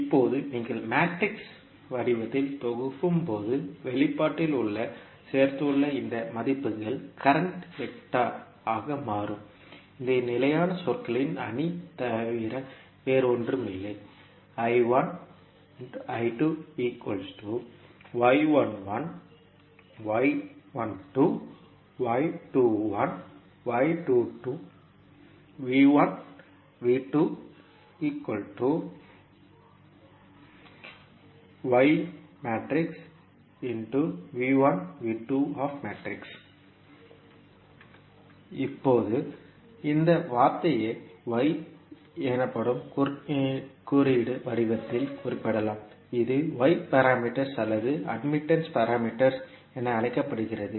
இப்போது நீங்கள் மேட்ரிக்ஸ் வடிவத்தில் தொகுக்கும்போது வெளிப்பாட்டில் நீங்கள் சேர்த்துள்ள இந்த மதிப்புகள் கரண்ட் வெக்டர் ஆக மாறும் இந்த நிலையான சொற்களின் அணி தவிர வேறு ஒன்றும் இல்லை இப்போது இந்த வார்த்தையை Y எனப்படும் குறியீட்டு வடிவத்தில் குறிப்பிடலாம் இது y பாராமீட்டர்ஸ் அல்லது அட்மிட்டன்ஸ் பாராமீட்டர்ஸ் என அழைக்கப்படுகிறது